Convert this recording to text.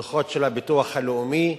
דוחות של הביטוח הלאומי,